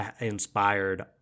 inspired